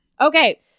Okay